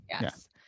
Yes